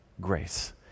Grace